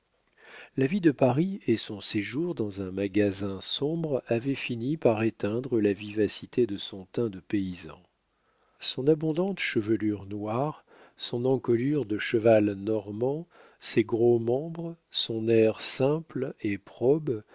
la vie de paris et son séjour dans un magasin sombre avaient fini par éteindre la vivacité de son teint de paysan son abondante chevelure noire son encolure de cheval normand ses gros membres son air simple et probe